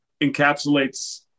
encapsulates